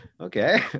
okay